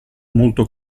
molto